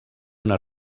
una